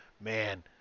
man